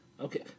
Okay